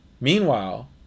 Meanwhile